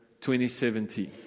2017